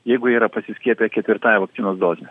jeigu jie yra pasiskiepiję ketvirtąja vakcinos doze